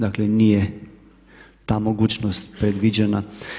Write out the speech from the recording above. Dakle, nije ta mogućnost predviđena.